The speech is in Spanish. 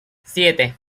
siete